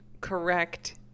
correct